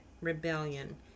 rebellion